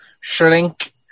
shrink